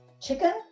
chicken